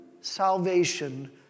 salvation